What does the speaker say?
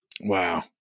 Wow